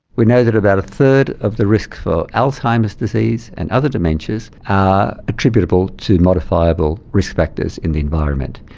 we know that about a third of the risks for alzheimer's disease and other dementias are attributable to modifiable risk factors in the environment,